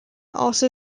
also